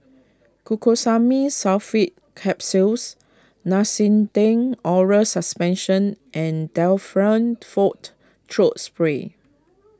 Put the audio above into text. Glucosamine Sulfate Capsules Nystatin Oral Suspension and Difflam forte Throat Spray